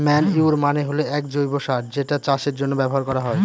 manure মানে হল এক জৈব সার যেটা চাষের জন্য ব্যবহার করা হয়